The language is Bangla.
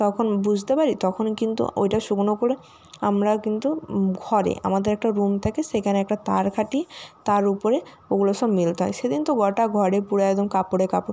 তখন বুঝতে পারি তখন কিন্তু ওইটা শুকনো করি আমরা কিন্তু ঘরে আমাদের একটা রুম থাকে সেখানে একটা তার খাটিয়ে তার ওপরে ওগুলো সব মেলতে হয় সেদিন তো গোটা ঘরে পুরো একদম কাপড়ে কাপড়